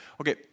okay